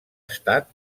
estat